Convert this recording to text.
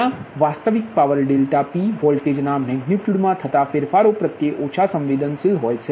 ત્યાં વાસ્તવિક power ∆P વોલ્ટેજના મેગનિટ્યુડ માં થતા ફેરફારો પ્રત્યે ઓછા સંવેદનશીલ હોય છે